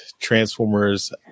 Transformers